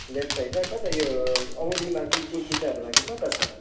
left साइडमा कता यो औँलीमा कि कुर्कुचाहरूमा कि कता छ